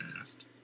asked